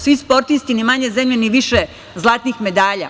Svi sportisti ni manje zemlje ni više zlatnih medalja.